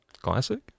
Classic